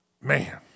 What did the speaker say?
Man